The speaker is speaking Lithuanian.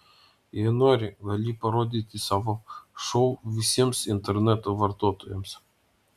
jei nori gali parodyti savo šou visiems interneto vartotojams